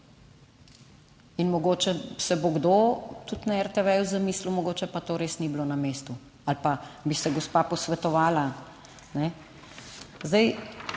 In mogoče se bo kdo tudi na RTV zamislil, mogoče pa to res ni bilo na mestu. Ali pa bi se gospa posvetovala, ne.